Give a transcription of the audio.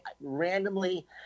randomly